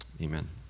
Amen